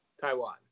Taiwan